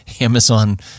amazon